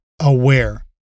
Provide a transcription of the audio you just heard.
aware